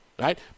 right